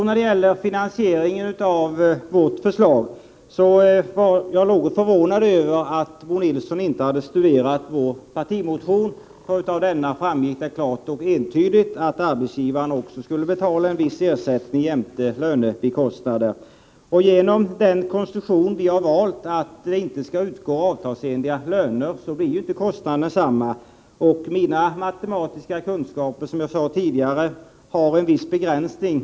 När det gäller finansieringen av vårt förslag är jag något förvånad över att Bo Nilsson inte har studerat vår partimotion. Av denna framgår klart och entydigt att arbetsgivaren skall betala en viss ersättning jämte lönebikostnader. Genom den konstruktion som vi har valt, där det inte skall utgå avtalsenliga löner, blir inte kostnaden densamma. Mina matematiska kunskaper har, som jag sade tidigare, en viss begränsning.